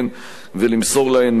ולמסור להן מידע.